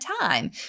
time